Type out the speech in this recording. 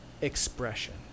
expression